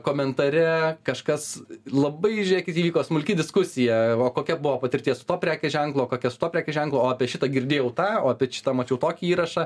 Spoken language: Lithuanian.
komentare kažkas labai žiūrėkit įvyko smulki diskusija o kokia buvo patirties su tuo prekės ženklu o kokia su tuo prekės ženklu apie šitą girdėjau tą o šitą mačiau tokį įrašą